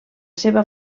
seva